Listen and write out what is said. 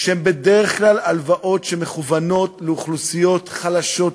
שהן בדרך כלל הלוואות שמכוונות לאוכלוסיות חלשות יותר.